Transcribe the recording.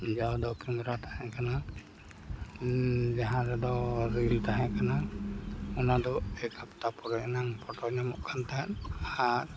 ᱡᱟᱣ ᱫᱚ ᱠᱮᱢᱨᱟ ᱛᱟᱦᱮᱸ ᱠᱟᱱᱟ ᱡᱟᱦᱟᱸ ᱨᱮᱫᱚ ᱨᱤᱞ ᱛᱟᱦᱮᱸ ᱠᱟᱱᱟ ᱚᱱᱟ ᱫᱚ ᱮᱠ ᱦᱟᱯᱛᱟ ᱯᱚᱨᱮᱭᱟᱱᱟᱜ ᱯᱷᱚᱴᱚ ᱧᱟᱢᱚᱜ ᱠᱟᱱ ᱛᱟᱦᱮᱫ ᱟᱨ